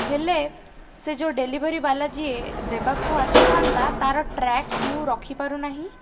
ହେଲେ ସେ ଯେଉଁ ଡେଲିଭରିବାଲା ଯିଏ ଦେବାକୁ ଆସିଥାନ୍ତା ତା'ର ଟ୍ରାକ୍ ମୁଁ ରଖିପାରୁ ନାହିଁ